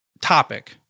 topic